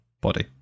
body